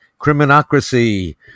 criminocracy